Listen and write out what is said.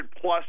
plus